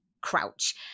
Crouch